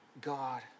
God